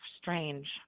Strange